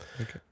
okay